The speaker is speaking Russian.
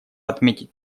отметить